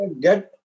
get